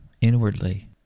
inwardly